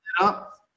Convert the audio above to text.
up